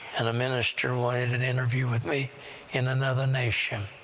and a minister wanted an interview with me in another nation,